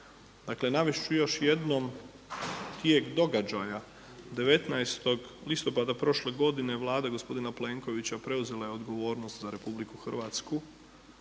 Navest ću još jednom tijek događaja 19. listopada prošle godine Vlada gospodina Plenkovića preuzela je odgovornost za RH krajem